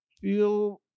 feel